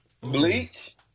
Bleach